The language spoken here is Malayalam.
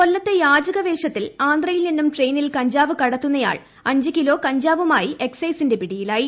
കൊല്ലത്ത് യാചകവേഷത്തിൽ ആന്ധ്രയിൽ നിന്നും ട്രെയിനിൽ കഞ്ചാവ് കടത്തുന്നയാൾ അഞ്ച് കിലോ കഞ്ചാവുമായി എക്സൈസിന്റെ പിടിയിലായി